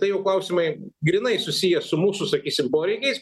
tai jau klausimai grynai susiję su mūsų sakysim poreikiais